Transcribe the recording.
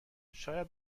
شاید